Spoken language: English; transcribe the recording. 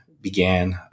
began